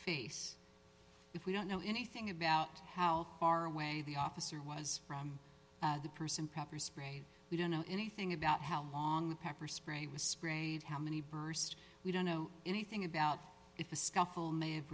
face if we don't know anything about how far away the officer was from the person pepper sprayed we don't know anything about how long the pepper spray was sprayed how many burst we don't know anything about if the scuffle may have